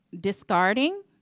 discarding